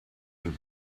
and